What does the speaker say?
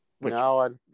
no